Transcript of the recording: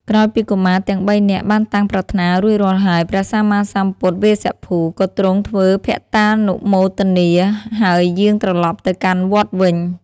ក្រោយពីកុមារទាំងបីនាក់បានតាំងប្រាថ្នារួចរាល់ហើយ ព្រះសម្មាសម្ពុទ្ធវេស្សភូ ក៏ទ្រង់ធ្វើភត្តានុមោទនា ហើយយាងត្រឡប់ទៅកាន់វត្តវិញ។